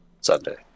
Sunday